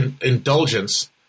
indulgence